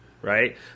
Right